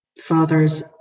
father's